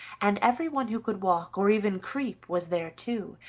and everyone who could walk or even creep was there too,